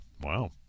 Wow